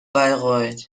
bayreuth